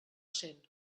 cent